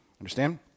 Understand